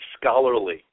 scholarly